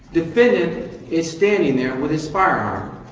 defendant is standing there with his firearm.